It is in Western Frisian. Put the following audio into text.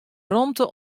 rûmte